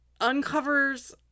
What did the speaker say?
uncovers